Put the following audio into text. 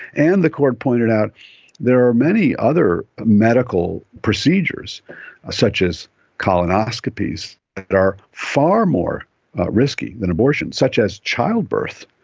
and the court pointed out there are many other medical procedures such as colonoscopies that are far more risky than abortions, such as childbirth,